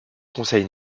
conseil